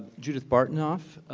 judith bartnoff,